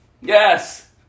Yes